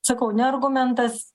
sakau ne argumentas